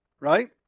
Right